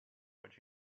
which